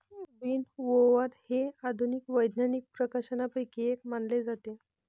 विनओवर हे आधुनिक वैज्ञानिक प्रकाशनांपैकी एक मानले जाते